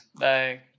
Bye